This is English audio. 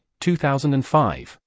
2005